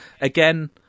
Again